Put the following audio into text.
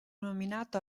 nominato